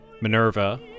Minerva